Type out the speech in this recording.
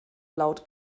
laut